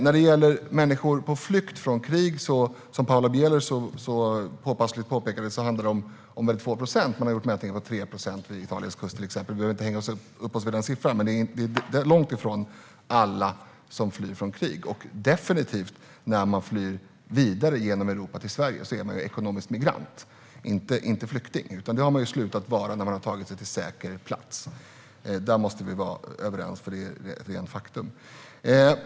När det gäller människor på flykt från krig handlar det om ungefär 2 procent, som Paula Bieler så påpassligt påpekade. Man har gjort mätningar på 3 procent vid Italiens kust till exempel. Men vi behöver inte hänga upp oss på den siffran. Det är långt ifrån alla som flyr från krig, och när man flyr vidare genom Europa till Sverige är man definitivt ekonomisk migrant, inte flykting - det har man slutat vara när man tagit sig till säker plats. Där måste vi vara överens, för det är ett rent faktum.